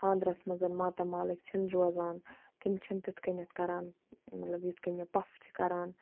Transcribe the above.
خانٛدَر مَنز ماتامالٕکۍ چھِنہٕ روزان تِم چھِنہٕ تِتھ کٔنتھ کَران مَطلَب یِتھ کٔنۍ مےٚ پۄفہٕ چھِ کَران